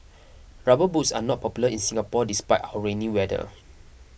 rubber boots are not popular in Singapore despite our rainy weather